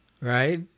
Right